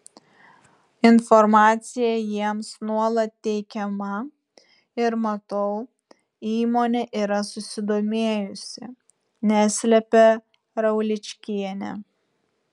informacija jiems nuolat teikiama ir matau įmonė yra susidomėjusi neslepia rauličkienė